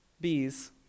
bees